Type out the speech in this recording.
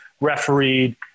refereed